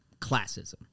classism